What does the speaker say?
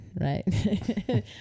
Right